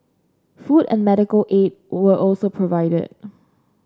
food and medical aid were also provided